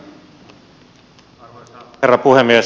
arvoisa herra puhemies